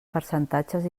percentatges